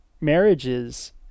marriages